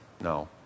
no